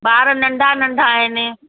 ॿार नंढा नंढा आहिनि